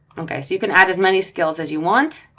okay, so you can add as many skills as you want.